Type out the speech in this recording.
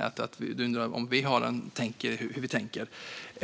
och undrade hur vi tänker.